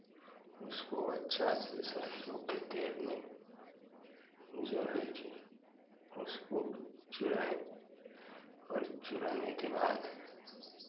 उसको अच्छा से सरसों के तेल में जो है कि उसको भी चुड़ाऍं और चुड़ाने के बाद